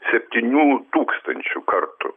septynių tūkstančių kartų